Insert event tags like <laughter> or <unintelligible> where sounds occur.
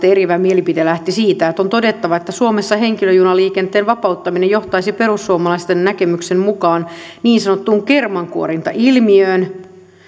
<unintelligible> eriävä mielipide lähti siitä että on todettava että suomessa henkilöjunaliikenteen vapauttaminen johtaisi perussuomalaisten näkemyksen mukaan niin sanottuun kermankuorintailmiöön